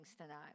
tonight